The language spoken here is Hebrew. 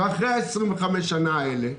ואחרי 25 השנים האלה,